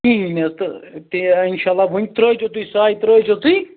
کِہیٖنۍ حظ تہٕ تہِ اِنشاء اللہ وۄنۍ تٔرٲیتَو تُہۍ سَے تٔرٲیزیٚو تُہۍ